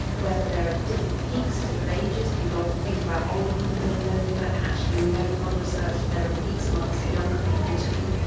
whether there are different peaks at different ages people often think about older people being lonely but actually we know from other research that there are peaks amongst younger people too.